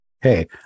hey